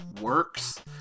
works